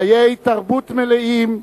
חיי תרבות מלאים,